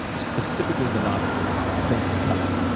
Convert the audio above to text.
specifically the not-to-do list, the things to cut out.